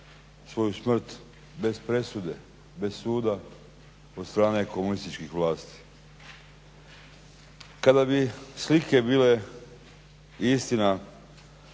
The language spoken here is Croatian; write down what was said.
svoju smrt bez presude, bez suda od strane komunističkih vlasti. Kada bi slike bile i istina